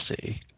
see